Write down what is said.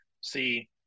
see